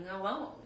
alone